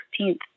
16th